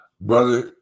brother